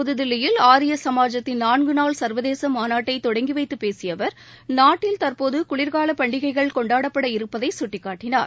புதுதில்லியில் ஆரிய சமாஜத்தின் நான்குநாள் சர்வதேச மாநாட்டை தொடங்கி வைத்து பேசிய அவர் நாட்டில் தற்போது குளிர்கால பண்டிகைகள் கொண்டாடப்பட இருப்பதை சுட்டிக்காட்டினார்